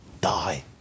die